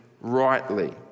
rightly